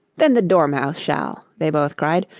then the dormouse shall they both cried.